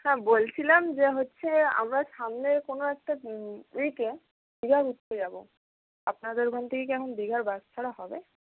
হ্যাঁ বলছিলাম যে হচ্ছে আমরা সামনের কোনো একটা উইকে দীঘা ঘুরতে যাবো আপনাদের ওখান থেকে কি এখন দীঘার বাস ছাড়া হবে